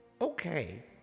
Okay